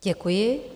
Děkuji.